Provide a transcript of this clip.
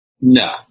No